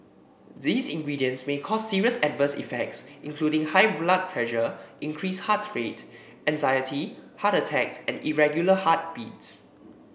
these ingredients may cause serious adverse effects including high blood pressure increased heart rate anxiety heart attacks and irregular heartbeats